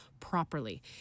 properly